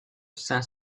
saint